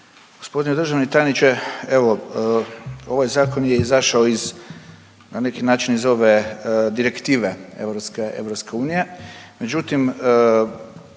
G. državni tajniče, evo, ovaj zakon je izašao iz na neki način iz ove direktive UN, međutim,